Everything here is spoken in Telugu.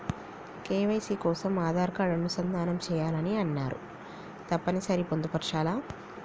కే.వై.సీ కోసం ఆధార్ కార్డు అనుసంధానం చేయాలని అన్నరు తప్పని సరి పొందుపరచాలా?